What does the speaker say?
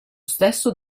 stesso